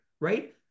right